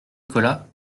nicolas